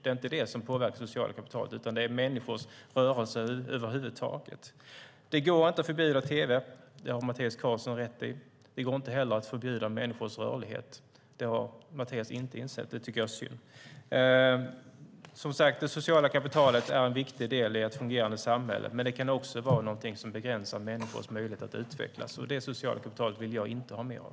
Det påverkar inte det sociala kapitalet, utan det gör människors rörelse över huvud taget. Mattias Karlsson har rätt i att det inte går att förbjuda tv. Det går inte heller att förbjuda människors rörlighet. Det har Mattias inte insett, vilket är synd. Det sociala kapitalet är en viktig del i ett fungerande samhälle, men det kan också begränsa människors möjlighet att utvecklas. Det sociala kapitalet vill jag inte ha mer av.